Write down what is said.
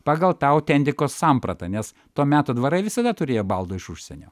pagal tą autentikos sampratą nes to meto dvarai visada turėjo baldų iš užsienio